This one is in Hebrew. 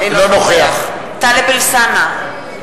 אינו נוכח טלב אלסאנע,